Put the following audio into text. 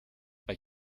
bei